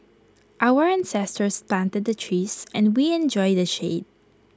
our ancestors planted the trees and we enjoy the shade